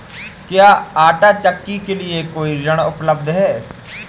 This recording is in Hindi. क्या आंटा चक्की के लिए कोई ऋण उपलब्ध है?